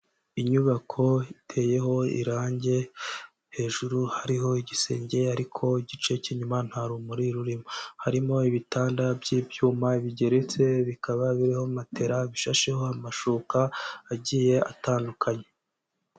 Inyubako iteyeho irangi, hejuru hariho igisenge ariko igice cy'inyuma nta rumuri rurimo, harimo ibitanda by'ibyuma bigeretse, bikaba biriho matera, bishasheho amashuka agiye atandukanye.